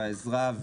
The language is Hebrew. והעזרה,